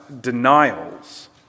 denials